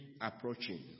approaching